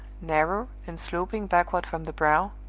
narrow, and sloping backward from the brow?